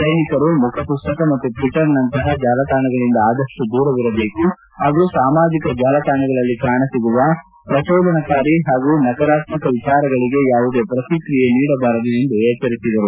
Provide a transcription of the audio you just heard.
ಸೈನಿಕರು ಫೇಸ್ಬುಕ್ ಮತ್ತು ಟ್ವಿಟರ್ ನಂತಪ ಜಾಲತಾಣಗಳಿಂದ ಆದಷ್ಟು ದೂರವಿರಬೇಕು ಪಾಗೂ ಸಾಮಾಜಿಕ ಜಾಲತಾಣಗಳಲ್ಲಿ ಕಾಣಿಸುವ ಪ್ರಚೋದನಕಾರಿ ಪಾಗೂ ನಕಾರಾತ್ಮಕ ವಿಚಾರಗಳಿಗೆ ಯಾವುದೇ ಪ್ರತಿಕ್ರಿಯೆ ನೀಡಬಾರದು ಎಂದು ಎಚ್ಚರಿಸಿದರು